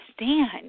understand